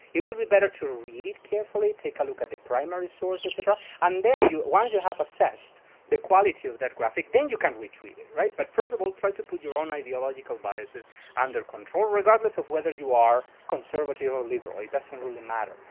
it would be better to read it carefully, take a look at the primary source, et cetera, and then once you have assessed the quality of that graphic, then you can retweet it. but first of all, try to put your own ideological biases under control, regardless of whether you are conservative, or liberal. it doesn't really matter.